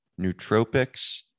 nootropics